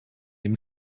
dem